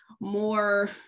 more